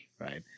Right